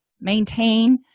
maintain